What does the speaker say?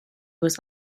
was